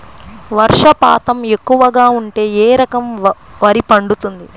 వర్షపాతం ఎక్కువగా ఉంటే ఏ రకం వరి పండుతుంది?